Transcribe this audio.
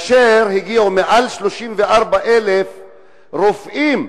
הגיעו מעל 134,000 רופאים,